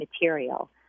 material